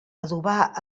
adobar